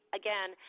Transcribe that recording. again